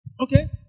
Okay